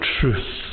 truth